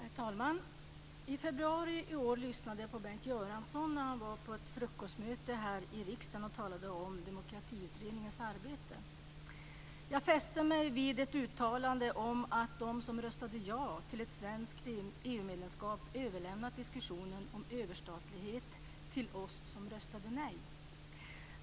Herr talman! I februari i år lyssnade jag på Bengt Göransson när han på ett frukostmöte här i riksdagen talade om Demokratiutredningens arbete. Jag fäste mig vid ett uttalande om att de som röstade ja till ett svenskt EU-medlemskap överlämnat diskussionen om överstatlighet till oss som röstade nej.